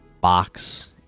box